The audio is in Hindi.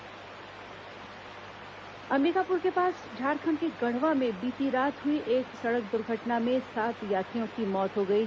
दुर्घटना अंबिकापुर के पास झारखंड के गढ़वा में बीती रात हुई एक सड़क दुर्घटना में सात यात्रियों की मृत्यु हो गई है